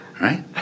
right